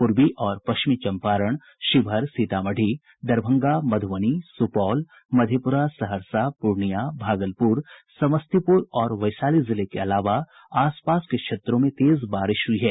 पूर्वी और पश्चिमी चंपारण शिवहर सीतामढ़ी दरभंगा मधुबनी सुपौल मधेपुरा सहरसा पूर्णिया भागलपुर समस्तीपुर और वैशाली जिले के अलावा आसपास के क्षेत्रों में तेज बारिश हुई है